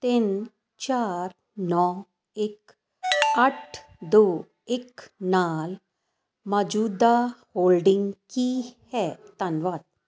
ਤਿੰਨ ਚਾਰ ਨੌਂ ਇੱਕ ਅੱਠ ਦੋ ਇੱਕ ਨਾਲ ਮੌਜੂਦਾ ਹੋਲਡਿੰਗ ਕੀ ਹੈ ਧੰਨਵਾਦ